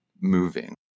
moving